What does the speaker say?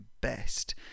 best